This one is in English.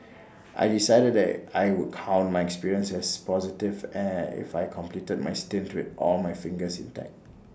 I decided that I would count my experience as positive and if I completed my stint with all my fingers intact